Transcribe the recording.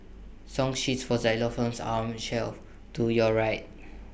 song sheets for xylophones are on shelf to your right